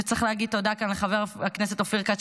וצריך להגיד תודה כאן לחבר הכנסת אופיר כץ,